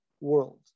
world